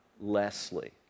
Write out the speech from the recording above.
Leslie